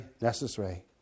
necessary